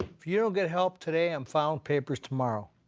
if you don't get help today, i'm filing papers tomorrow.